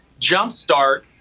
jumpstart